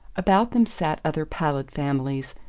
about them sat other pallid families,